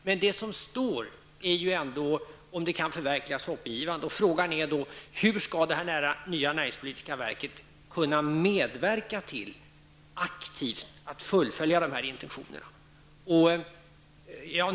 Men det som står är, om det kan förverkligas, hoppingivande. Frågan är då hur det nya näringspolitiska verket aktivt skall kunna medverka till att fullfölja dessa intentioner.